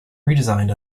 redesigned